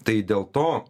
tai dėl to